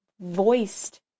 voiced